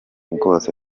bwose